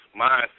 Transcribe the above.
mindset